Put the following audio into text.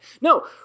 No